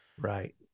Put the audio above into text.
right